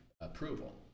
approval